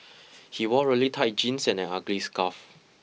he wore really tight jeans and an ugly scarf